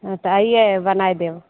हँ तऽ आइए बना देब